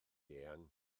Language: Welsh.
eang